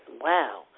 Wow